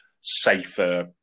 safer